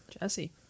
Jesse